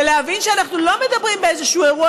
ולהבין שאנחנו לא מדברים על איזשהו אירוע